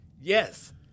Yes